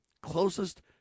closest